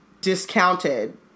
discounted